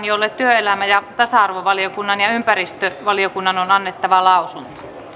jolle työelämä ja tasa arvovaliokunnan ja ja ympäristövaliokunnan on annettava lausunto